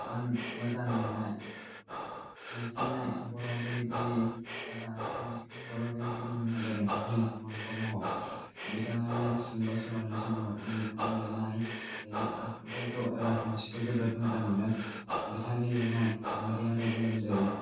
आं मोजां मोन्नाय मोनसिन्नाय बर' लिरगिरि एबा सुंद' सल' बर' लिरगिरिनि मुङा जादों नीलकमल ब्रह्म बिथाङानो सुंद' सल'नि सम्रात आं बिथांनि लिरनाय आखुथाइखौ एबा सानस्रिखौ जोबोद मोजां मोनो बिथांनि लिरनाय मोदै आरो गोलोमदै